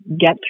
get